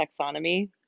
taxonomy